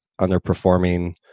underperforming